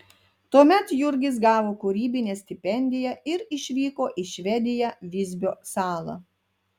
tuomet jurgis gavo kūrybinę stipendiją ir išvyko į švediją visbio salą